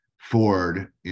Ford